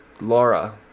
*Laura*